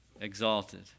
exalted